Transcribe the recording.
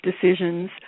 decisions